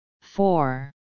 four